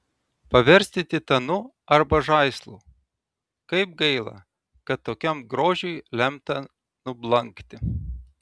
paversti titanu arba žaislu kaip gaila kad tokiam grožiui lemta nublankti